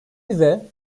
bize